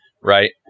right